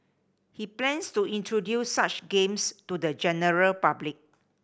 he plans to introduce such games to the general public